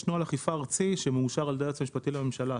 נוהל אכיפה ארצי שמאושר על ידי היועץ המשפטי לממשלה,